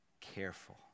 careful